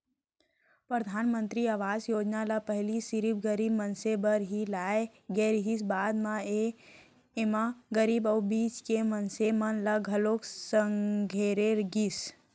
परधानमंतरी आवास योजना ल पहिली सिरिफ गरीब मनसे बर ही लाए गे रिहिस हे, बाद म एमा गरीब अउ बीच के मनसे मन ल घलोक संघेरे गिस